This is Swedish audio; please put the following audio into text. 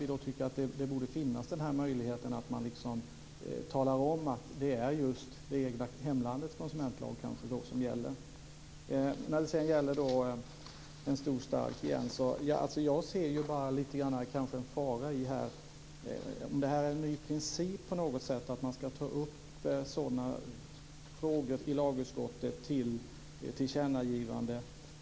Vi tycker att möjligheten borde finnas att tala om att det är just det egna hemlandets konsumentlag som gäller. När det gäller frågan om en stor starköl ser jag lite grann en fara i om det är en ny princip att lagutskottet ska ta upp sådana frågor för tillkännagivande.